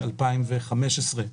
ב-2015,